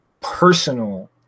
personal